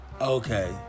Okay